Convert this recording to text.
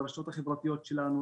לרשתות החברתיות שלנו,